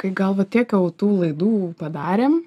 kai gal va tiek jau tų laidų padarėm